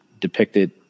depicted